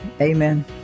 amen